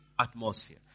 Atmosphere